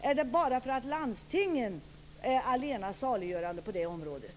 Är det bara för att landstingen är allena saliggörande på det området?